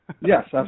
Yes